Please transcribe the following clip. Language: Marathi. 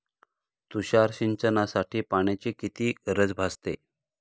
तुषार सिंचनासाठी पाण्याची किती गरज भासते?